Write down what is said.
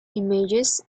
images